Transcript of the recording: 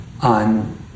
on